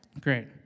Great